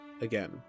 again